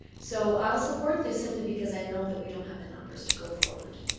so i'll support this simply because i know that we don't have the numbers to go forward.